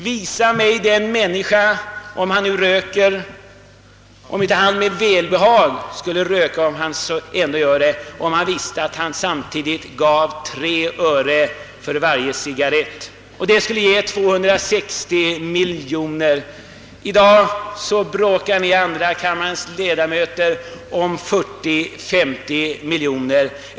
Visa mig den människa, som inte med välbehag — om hon ändå röker — skulle göra det, om hon visste att hon samtidigt gav ut 3 öre till u-bjälpen för varje cigarett. Det skulle, som sagt, ge 260 miljoner kronor. I dag diskuterar andra kammarens ledamöter om 40 —50 miljoner.